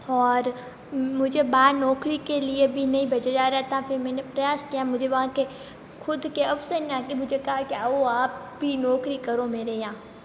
और मुझे बाहर नौकरी के लिए भी नहीं भेजा जा रहा था फिर मैंने प्रयास किया मुझे वहाँ के खुद के अफसर ने आके मुझे कहा के कि आओ आप भी नौकरी करो मेरे यहाँ